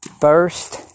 First